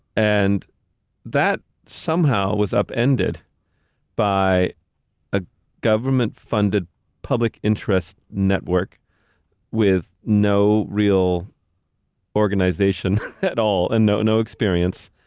and that somehow was upended by a government-funded public interest network with no real organization at all, and no no experience,